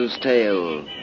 Tale